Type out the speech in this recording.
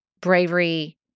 bravery